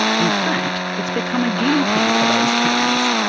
in fact it's become a guinea pig for those towns.